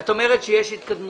את אומרת שיש התקדמות.